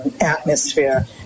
atmosphere